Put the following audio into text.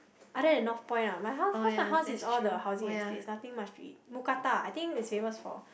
other than Northpoint ah my house cause my house is all the housing estates nothing much to eat Mookata I think it's famous for